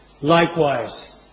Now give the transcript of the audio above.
Likewise